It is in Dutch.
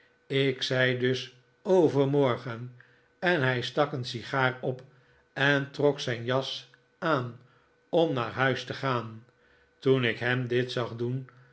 ik zei dus overmorgen en hij stak een sigaar op en trok zijn jas aan om naar huis te gaan toen ik hem dit zag doen